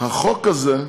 החוק הזה,